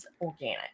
organic